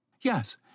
Yes